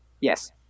Yes